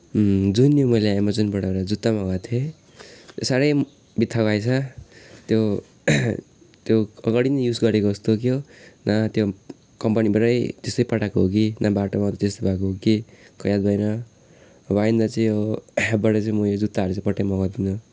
जुन नि मैले एमेजनबाट एउटा जुत्ता मगाएको थिएँ त्यो साह्रै बित्थाको आएछ त्यो त्यो अगाडि नै युज गरेको जस्तो थियो न त्यो कम्पनीबाटै त्यस्तै पठाएको हो कि न बाटोमा त्यस्तो भएको हो कि खोइ याद भएन अब आइन्दा चाहिँ यो एपबाट चाहिँ म यो जुत्ताहरू चाहिँ पट्टै मगाउँदिन